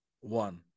one